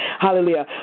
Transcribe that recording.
Hallelujah